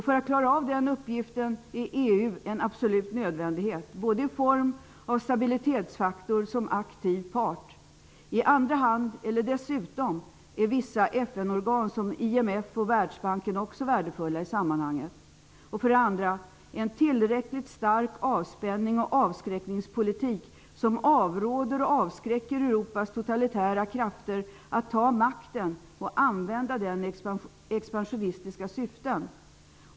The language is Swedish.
För att klara av denna uppgift är EU en absolut nödvändighet, både i form av stabilitetsfaktor och som aktiv part. I andra hand, eller dessutom, är vissa FN-organ som IMF och Världsbanken också värdefulla i sammanhanget. För det andra: En tillräckligt stark avspänningsoch avskräckningspolitik som avråder och avskräcker Europas totalitära krafter att ta makten och använda den i expansionistiska syften.